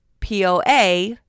POA